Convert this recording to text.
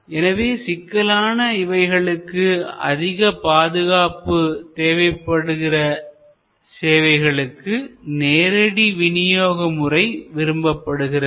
எனவே சிக்கலான இவைகளுக்கு அதிக பாதுகாப்பு தேவைபடுகிற சேவைகளுக்கு நேரடி விநியோக முறை விரும்பப்படுகிறது